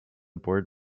board